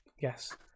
Yes